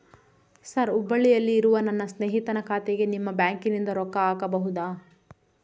Sir ಹುಬ್ಬಳ್ಳಿಯಲ್ಲಿ ಇರುವ ನನ್ನ ಸ್ನೇಹಿತನ ಖಾತೆಗೆ ನಿಮ್ಮ ಬ್ಯಾಂಕಿನಿಂದ ರೊಕ್ಕ ಹಾಕಬಹುದಾ?